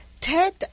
TED